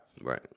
Right